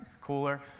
cooler